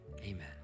Amen